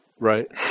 Right